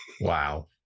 Wow